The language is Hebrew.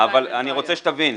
אבל אני רוצה שתבין,